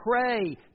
pray